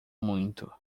muito